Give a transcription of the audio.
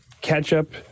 ketchup